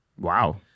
Wow